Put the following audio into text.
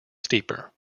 steeper